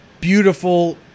beautiful